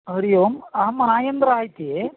हरिः ओम् अहम् आयेन्द्रः इति